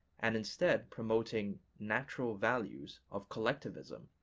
and instead promoting natural values of collectivism,